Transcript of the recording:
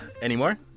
Anymore